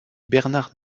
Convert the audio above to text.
bernard